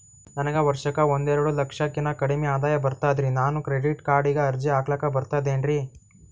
ನನಗ ವರ್ಷಕ್ಕ ಒಂದೆರಡು ಲಕ್ಷಕ್ಕನ ಕಡಿಮಿ ಆದಾಯ ಬರ್ತದ್ರಿ ನಾನು ಕ್ರೆಡಿಟ್ ಕಾರ್ಡೀಗ ಅರ್ಜಿ ಹಾಕ್ಲಕ ಬರ್ತದೇನ್ರಿ?